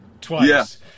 twice